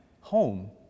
home